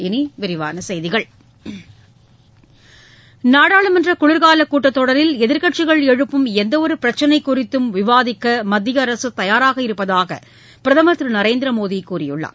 இனி விரிவான செய்திகள் நாடாளுமன்ற குளிர்காலக் கூட்டத் தொடரில் எதிர்க்கட்சிகள் எழுப்பும் எந்தவொரு பிரச்சினை குறித்து விவாதிக்க மத்திய அரசு தயாராக இருப்பதாக பிரதமர் திரு நரேந்திர மோடி கூறியுள்ளார்